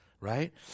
right